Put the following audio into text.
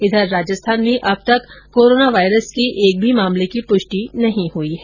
इधर राजस्थान में अब तक कोरोना वायरस के एक भी मामले की पुष्टि नहीं हुई है